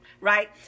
right